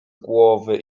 głowy